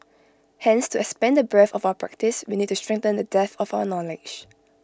hence to expand the breadth of our practice we need to strengthen the depth of our knowledge